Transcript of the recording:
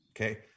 okay